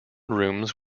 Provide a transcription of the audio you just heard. rooms